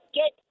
get